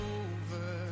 over